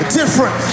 different